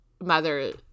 mother